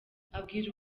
abwira